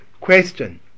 Question